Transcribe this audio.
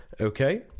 Okay